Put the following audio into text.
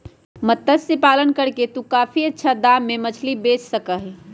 मत्स्य पालन करके तू काफी अच्छा दाम में मछली बेच सका ही